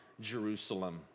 Jerusalem